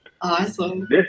Awesome